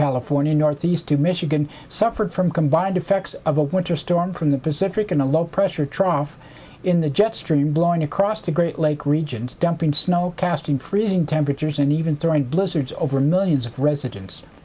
california northeast to michigan suffered from combined effects of a winter storm from the pacific in a low pressure trough in the jet stream blowing across the great lake regions dumping snow cast in freezing temperatures and even throwing blizzards over millions of residen